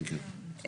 כן, כן.